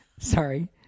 Sorry